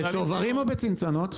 בצוברים או בצנצנות?